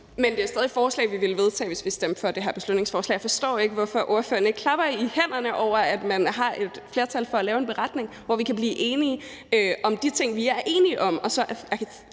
Men det er stadig forslag, vi ville vedtage, hvis vi stemte for det her beslutningsforslag. Jeg forstår ikke, hvorfor ordføreren ikke klapper i hænderne over, at man har et flertal for at lave en beretning, hvor vi kan blive enige om de ting, vi er enige om,